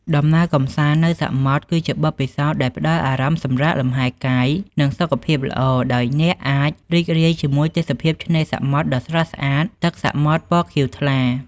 ដំណើរកំសាន្តនៅសមុទ្រ គឺជាបទពិសោធន៍ដែលផ្តល់អារម្មណ៍សម្រាកលំហែកាយ និងសុខភាពល្អ ដោយអ្នកអាចរីករាយជាមួយទេសភាពឆ្នេរសមុទ្រដ៏ស្រស់ ស្អាត ទឹកសមុទ្រពណ៌ខៀវថ្លា។